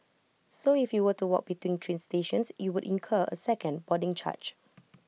so if you were to walk between train stations you would incur A second boarding charge